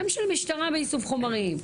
גם של המשטרה באיסוף חומרים,